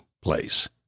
place